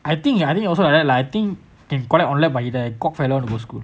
I think I think also like that like I think can collect online but the cock fella want to go school